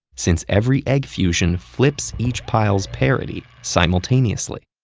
since every egg fusion flips each pile's parity simultaneously.